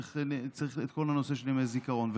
את כל הנושא של ימי זיכרון.